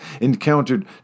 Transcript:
encountered